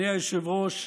אדוני היושב-ראש,